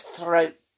throat